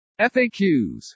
FAQs